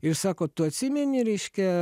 ir sako tu atsimeni reiškia